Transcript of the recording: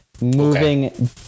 moving